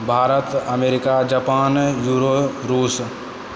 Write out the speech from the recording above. Bharat America Japan euro रूस